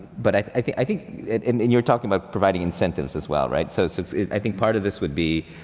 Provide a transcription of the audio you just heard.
but i think i think and you were talking about providing incentives as well, right, so so i think part of this would be,